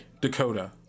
Dakota